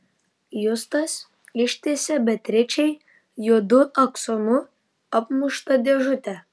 justas ištiesė beatričei juodu aksomu apmuštą dėžutę